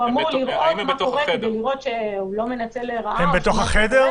הוא אמור לראות מה קורה ולראות שהוא לא מנצל לרעה או משהו כזה,